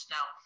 Now